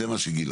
זה מה שאמר.